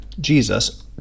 Jesus